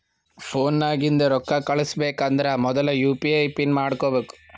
phone ನಾಗಿಂದೆ ರೊಕ್ಕಾ ಕಳುಸ್ಬೇಕ್ ಅಂದರ್ ಮೊದುಲ ಯು ಪಿ ಐ ಪಿನ್ ಮಾಡ್ಕೋಬೇಕ್